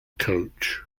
coach